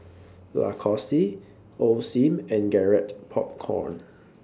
Lacoste Osim and Garrett Popcorn